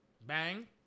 Bang